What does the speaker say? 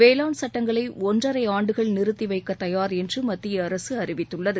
வேளாண் சுட்டங்களை ஒன்றரை ஆண்டுகள் நிறுத்திவைக்க தயார் என்று மத்திய அரசு அறிவித்துள்ளது